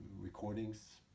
recordings